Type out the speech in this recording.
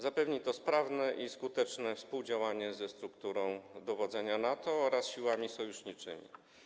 Zapewni to sprawne i skuteczne współdziałanie ze strukturą dowodzenia NATO oraz siłami sojuszniczymi.